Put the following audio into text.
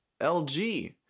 LG